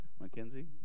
Mackenzie